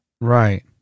Right